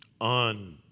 on